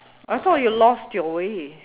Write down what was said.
I thought you lost your way